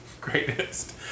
Greatest